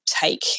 take